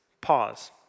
Pause